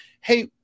hey